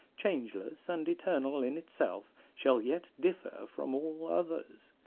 changeless and eternal in itself, shall yet differ from all others,